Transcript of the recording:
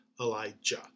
Elijah